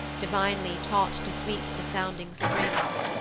divinely taught to sweep the sounding strings.